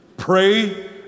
Pray